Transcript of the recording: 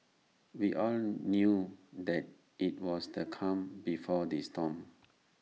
we all knew that IT was the calm before the storm